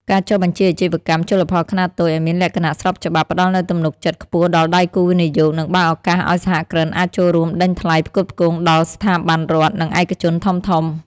ការចុះបញ្ជីអាជីវកម្មជលផលខ្នាតតូចឱ្យមានលក្ខណៈស្របច្បាប់ ផ្ដល់នូវទំនុកចិត្តខ្ពស់ដល់ដៃគូវិនិយោគ និងបើកឱកាសឱ្យសហគ្រិនអាចចូលរួមដេញថ្លៃផ្គត់ផ្គង់ដល់ស្ថាប័នរដ្ឋ និងឯកជនធំៗ។